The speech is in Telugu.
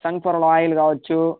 సన్ఫ్లవర్ ఆయిల్ కావచ్చు